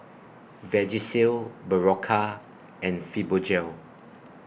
Vagisil Berocca and Fibogel